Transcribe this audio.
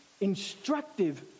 instructive